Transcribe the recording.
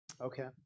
Okay